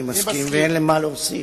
אני מסכים, ואין לי מה להוסיף.